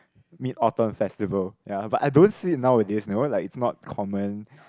Mid-Autumn Festival ya but I don't see it nowadays you know like it's not common